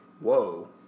whoa